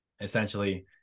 essentially